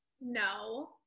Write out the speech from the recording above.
no